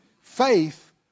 Faith